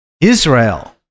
Israel